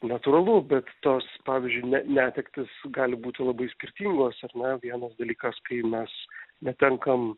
natūralu bet tos pavyzdžiui ne netektys gali būti labai skirtingos ar ne vienas dalykas kai mes netenkam